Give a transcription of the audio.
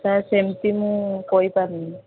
sir ସେମିତି ମୁଁ କହିପାରୁନି